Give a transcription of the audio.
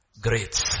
greats